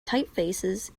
typefaces